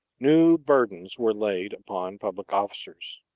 new burdens were laid upon public officers.